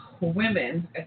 women